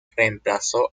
reemplazó